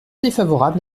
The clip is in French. défavorable